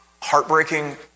heartbreaking